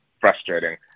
frustrating